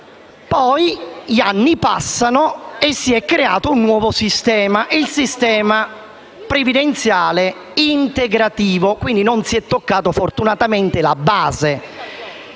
Gli anni passano, però, e si è creato un nuovo sistema, il sistema previdenziale integrativo (non si è toccata, fortunatamente, la base),